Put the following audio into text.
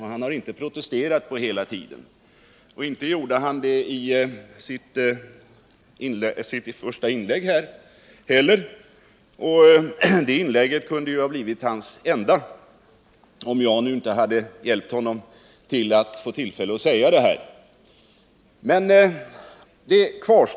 Han har inte protesterat under hela tiden, och inte gjorde han det i sitt första inlägg här heller. Det inlägget kunde ha blivit hans enda, om jag nu inte hjälpt honom att få tillfälle att säga det han nyss sade.